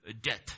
death